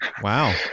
Wow